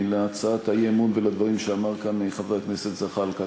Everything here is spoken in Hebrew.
להצעת האי-אמון ולדברים שאמר כאן חבר הכנסת זחאלקה.